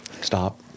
Stop